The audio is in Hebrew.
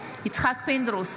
יצחק פינדרוס,